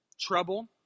trouble